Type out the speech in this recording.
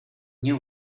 nie